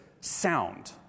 sound